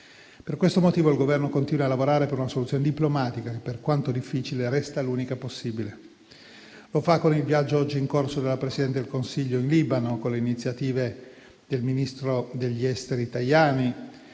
Per questo motivo, il Governo continua a lavorare per una soluzione diplomatica che, per quanto difficile, resta l'unica possibile. Lo fa con il viaggio oggi in corso della Presidente del Consiglio in Libano, con le iniziative del Ministro degli affari esteri